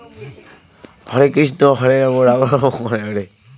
Hybrid বীজ বলতে কী বোঝায়?